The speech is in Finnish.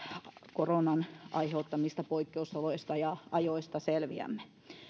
koronan aiheuttamista poikkeusoloista ja ajoista selviämme